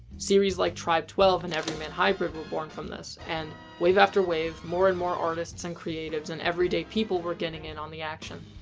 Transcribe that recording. series like tribetwelve and everymanhybrid were born from this. and, wave after wave, more and more artists and creatives and every day people were getting in on the action.